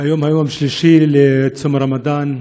היום הוא היום השלישי לצום הרמדאן,